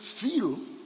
feel